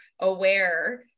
aware